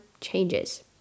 changes